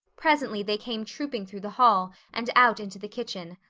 presently they came trooping through the hall and out into the kitchen,